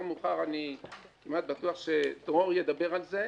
מאוחר אני כמעט בטוח שדרור ידבר על זה,